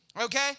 Okay